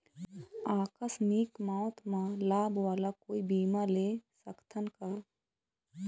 आकस मिक मौत म लाभ वाला कोई बीमा ले सकथन का?